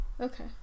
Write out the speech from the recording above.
okay